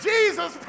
Jesus